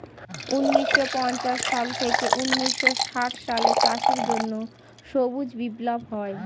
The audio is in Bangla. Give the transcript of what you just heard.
ঊন্নিশো পঞ্চাশ সাল থেকে ঊন্নিশো ষাট সালে চাষের জন্য সবুজ বিপ্লব হয়